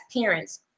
parents